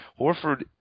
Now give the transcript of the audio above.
Horford